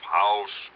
house